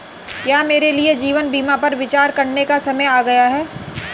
क्या मेरे लिए जीवन बीमा पर विचार करने का समय आ गया है?